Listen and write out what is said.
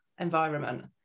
environment